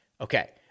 Okay